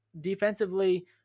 defensively